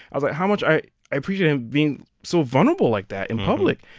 i was like how much i i appreciated him being so vulnerable like that in public.